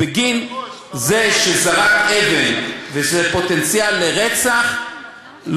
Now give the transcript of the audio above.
בגין זה שזרק אבן וזה פוטנציאל לרצח,